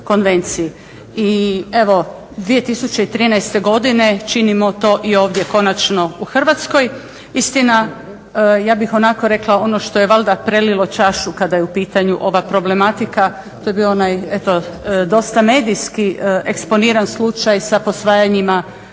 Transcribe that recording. I evo 2013. godine činimo to i ovdje konačno u Hrvatskoj. Istina, ja bih onako rekla ono što je valjda prelilo čašu kada je u pitanju ova problematika to je bio onaj eto dosta medijski eksponiran slučaj sa posvajanjima